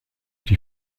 die